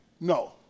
No